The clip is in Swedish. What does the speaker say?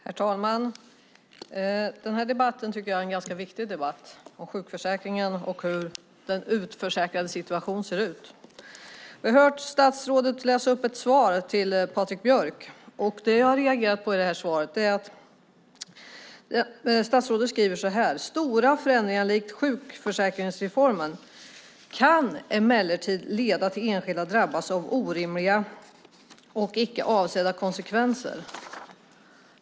Herr talman! Den här debatten tycker jag är ganska viktig, om sjukförsäkringen och hur den utförsäkrades situation ser ut. Vi har hört statsrådet läsa upp ett svar till Patrik Björck. Statsrådet sade så här: Stora förändringar likt sjukförsäkringsreformen kan emellertid leda till att enskilda drabbas av orimliga och icke avsedda konsekvenser.